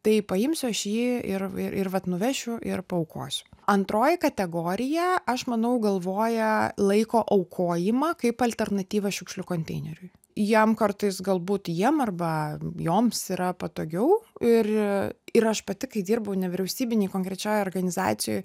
tai paimsiu aš jį ir ir vat nuvešiu ir paaukosiu antroji kategorija aš manau galvoja laiko aukojimą kaip alternatyvą šiukšlių konteineriui jiem kartais galbūt jiem arba joms yra patogiau ir ir aš pati kai dirbau nevyriausybinėj konkrečioj organizacijoj